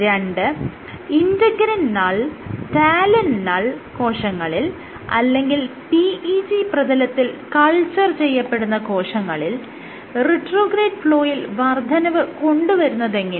രണ്ട് integrin null talin null കോശങ്ങളിൽ അല്ലെങ്കിൽ PEG പ്രതലത്തിൽ കൾച്ചർ ചെയ്യപ്പെടുന്ന കോശങ്ങളിൽ റിട്രോഗ്രേഡ് ഫ്ലോയിൽ വർദ്ധനവ് കൊണ്ടുവരുന്നതെങ്ങനെ